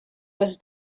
was